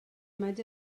imatge